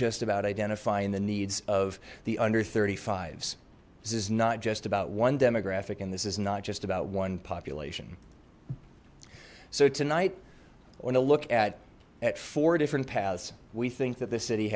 just about identifying the needs of the under s this is not just about one demographic and this is not just about one population so tonight i want to look at at four different paths we think that the city